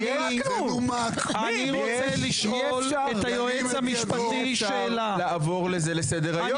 יעקב, איך אפשר לעבור על זה לסדר היום?